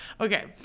okay